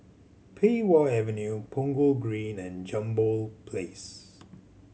Pei Wah Avenue Punggol Green and Jambol Place